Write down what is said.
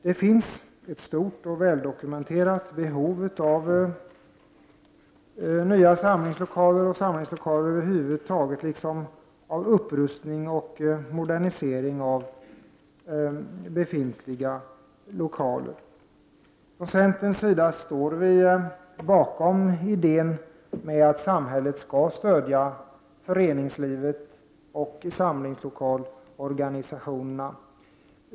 Det finns ett stort och väldokumenterat behov av nya samlingslokaler, samlingslokaler över huvud taget, liksom av upprustning och modernisering av befintliga lokaler. Vi från centerns sida står bakom idén med att samhället skall stödja föreningslivet och samlingslokalsorganisationerna.